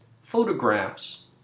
photographs